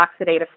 oxidative